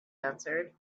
answered